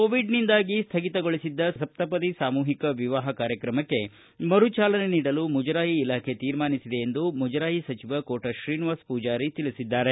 ಕೋವಿಡ್ನಿಂದಾಗಿ ಸ್ವಗಿತಗೊಳಿಸಿದ್ದ ಸಪ್ತಪದಿ ಸಾಮೂಹಿಕ ವಿವಾಹ ಕಾರ್ಯಕ್ರಮಕ್ಕೆ ಮರುಚಾಲನೆ ನೀಡಲು ಮುಜರಾಯಿ ಇಲಾಖೆ ತೀರ್ಮಾನಿಸಿದೆ ಎಂದು ಮುಜರಾಯಿ ಸಚಿವ ಕೋಟ ಶ್ರೀನಿವಾಸ ಪೂಜಾರಿ ತಿಳಿಸಿದ್ದಾರೆ